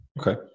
Okay